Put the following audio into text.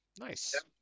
Nice